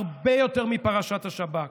הרבה יותר מפרשת השב"כ.